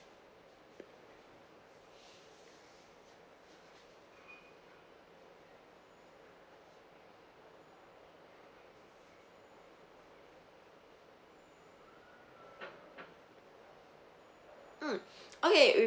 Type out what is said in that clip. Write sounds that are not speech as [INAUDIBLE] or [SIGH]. mm [BREATH] [NOISE] okay with